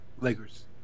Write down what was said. Lakers